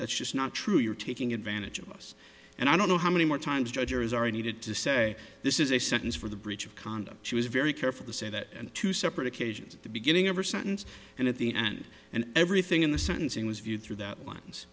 that's just not true you're taking advantage of us and i don't know how many more times judges are needed to say this is a sentence for the breach of conduct she was very careful to say that and two separate occasions the beginning ever sentence and at the end and everything in the sentencing was viewed through